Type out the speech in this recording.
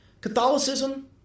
Catholicism